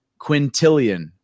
quintillion